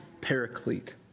paraclete